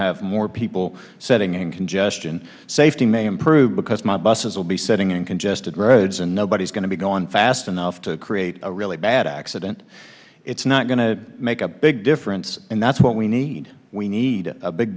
have more people setting in congestion safety may improve because my buses will be sitting in congested roads and nobody's going to be going fast enough to create a really bad accident it's not going to make a big difference and that's what we need we need a big